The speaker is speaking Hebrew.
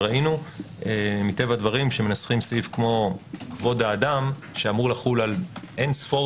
ראינו כשמנסחים סעיף כמו כבוד האדם שאמור לחול על אין ספור